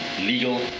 legal